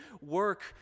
work